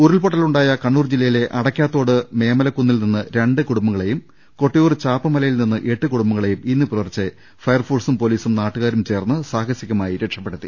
ഉരുൾപൊ ട്ടലുണ്ടായ കണ്ണൂർ ജില്ലയിലെ അടക്കാത്തോട് മേമലക്കുന്നിൽനിന്നും രണ്ട് കുടുംബങ്ങളെയും കൊട്ടിയൂർ ചാപ്പമലയിൽനിന്ന് എട്ട് കുടുംബ ങ്ങളെയും ഇന്ന് പുലർച്ചെ ഫയർഫോഴ്സും പോലീസും നാട്ടുകാരും ചേർന്ന് സാഹസികമായി രക്ഷപ്പെടുത്തി